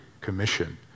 commission